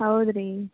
ಹೌದು ರೀ